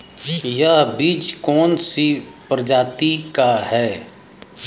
यह बीज कौन सी प्रजाति का है?